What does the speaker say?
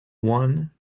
one